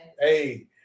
hey